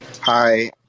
Hi